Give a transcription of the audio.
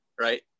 right